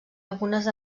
algunes